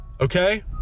Okay